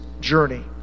journey